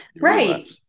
right